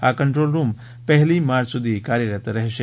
આ control room પહેલી March સુધી કાર્યરત રહેશે